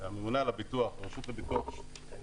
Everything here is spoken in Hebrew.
והממונה על הביטוח אותו דבר,